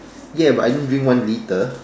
ya but I didn't drink one litre